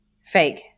Fake